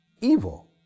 evil